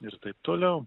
ir taip toliau